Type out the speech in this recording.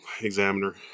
examiner